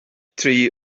tri